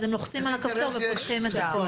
הם לוחצים על הכפתור ופותחים את זה.